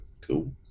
cool